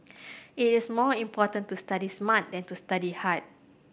it is more important to study smart than to study hard